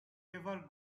ever